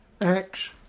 Acts